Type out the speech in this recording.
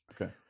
Okay